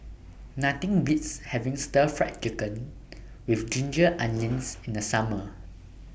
Nothing Beats having Stir Fry Chicken with Ginger Onions in The Summer